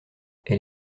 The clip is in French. elle